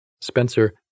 Spencer